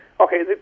okay